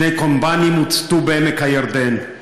שני קומביינים הוצתו בעמק הירדן,